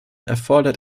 erfordert